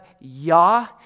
Yah